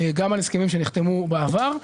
גם על הסכמים שנחתמו בעבר.